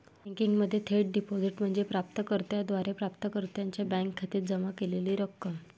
बँकिंगमध्ये थेट डिपॉझिट म्हणजे प्राप्त कर्त्याद्वारे प्राप्तकर्त्याच्या बँक खात्यात जमा केलेली रक्कम